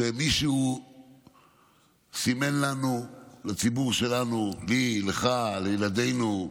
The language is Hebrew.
שמישהו סימן לנו, לציבור שלנו, לי, לך, לילדינו,